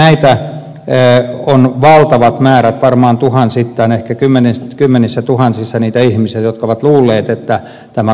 näitä ihmisiä on valtavat määrät varmaan tuhansittain ehkä kymmenissätuhansissa jotka ovat luulleet että tämä koskee heitä